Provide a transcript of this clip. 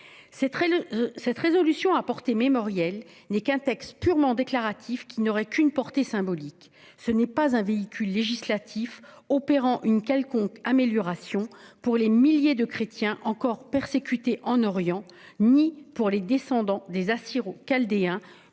de résolution à visée mémorielle n'est qu'un texte purement déclaratif qui, s'il était adopté, n'aurait qu'une portée symbolique ; ce n'est pas un véhicule législatif susceptible d'entraîner une quelconque amélioration pour les milliers de chrétiens encore persécutés en Orient ou pour les descendants des Assyro-chaldéens